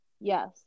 yes